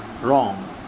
wrong